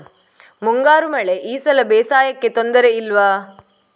ಮುಂಗಾರು ಮಳೆ ಈ ಸಲ ಬೇಸಾಯಕ್ಕೆ ತೊಂದರೆ ಇಲ್ವ?